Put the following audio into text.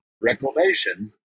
reclamation